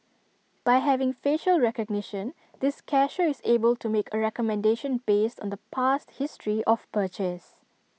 by having facial recognition this cashier is able to make A recommendation based on the past history of purchase